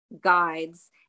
guides